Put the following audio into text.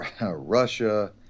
Russia